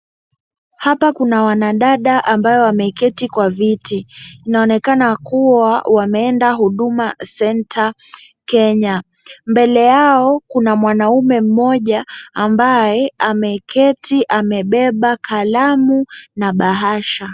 Hapa Kuna wanadada ambao wameketi Kwa vitu inaonekana kuwa wameenda huduma center Kenya, mbele yao Kuna mwanaume mmoja ambae ameketi amebeba kalamu na bahasha